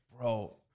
Bro